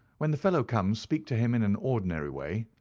when the fellow comes speak to him in an ordinary way.